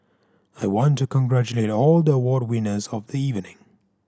I want to congratulate all the award winners of the evening